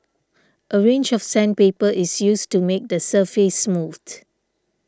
a range of sandpaper is used to make the surface smooth